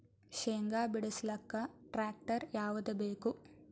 ಶೇಂಗಾ ಬಿಡಸಲಕ್ಕ ಟ್ಟ್ರ್ಯಾಕ್ಟರ್ ಯಾವದ ಬೇಕು?